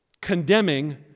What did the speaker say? condemning